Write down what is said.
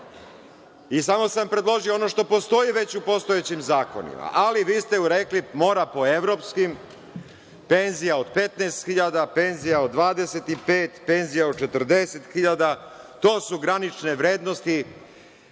sam predložio ono što postoji već u postojećim zakonima, ali vi ste rekli – mora po evropskim, penzija od 15.000, penzija od 25.000, penzija od 40.000, to su granične vrednosti.